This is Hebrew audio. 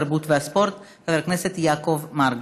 התרבות והספורט חבר הכנסת יעקב מרגי,